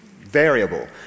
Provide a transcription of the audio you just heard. variable